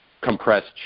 compressed